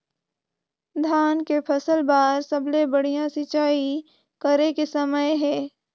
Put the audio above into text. धान के फसल बार सबले बढ़िया सिंचाई करे के समय हे?